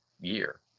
year